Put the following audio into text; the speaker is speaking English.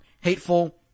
Hateful